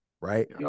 right